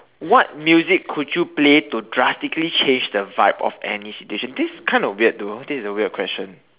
what music could you play to drastically change the vibe of any situation this is kind of weird though this is a weird question